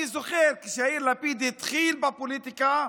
אני זוכר שכשיאיר לפיד התחיל בפוליטיקה,